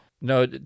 No